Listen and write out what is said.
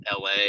LA